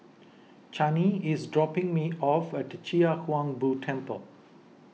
Chaney is dropping me off at Chia Hung Boo Temple